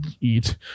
eat